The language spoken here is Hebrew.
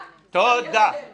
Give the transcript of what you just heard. --- את לא הבנת.